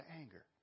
anger